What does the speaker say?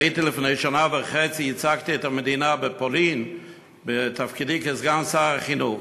לפני שנה וחצי ייצגתי את המדינה בפולין בתפקידי כסגן שר החינוך.